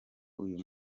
uyu